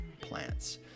plants